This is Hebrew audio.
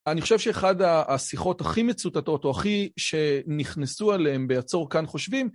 אני חושב שאחד השיחות הכי מצוטטות, או הכי שנכנסו עליהן בעצור כאן חושבים,